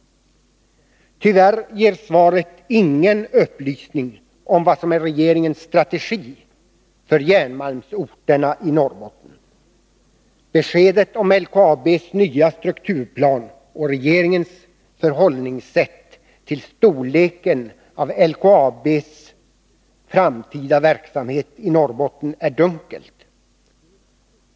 Tyvärr ger svaret ingen upplysning om vad som är regeringens strategi för järnmalmsorterna i Norrbotten. Beskedet om LKAB:s nya strukturplan och regeringens förhållningssätt till storleken av LKAB:s framtida verksamhet i Norrbotten är dunkelt.